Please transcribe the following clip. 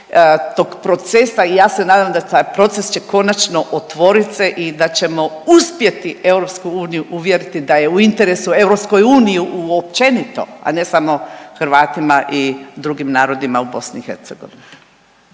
tog procesa i ja se nadam da taj proces će konačno otvorit se i da ćemo uspjeti EU uvjeriti da je u interesu EU općenito, a ne samo Hrvatima i drugim narodima u BiH.